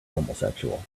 homosexual